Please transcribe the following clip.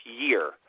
year